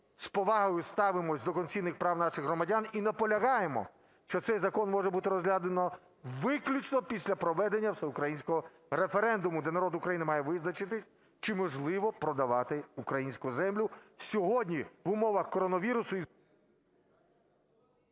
З повагою ставимося до конституційних прав наших громадян і наполягаємо, що цей закон може бути розглянуто виключно після проведення всеукраїнського референдуму, де народ України має визначитись, чи можливо продавати українську землю сьогодні в умовах коронавірусу...